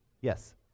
yes